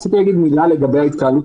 רציתי לומר מילה לגבי ההתקהלות.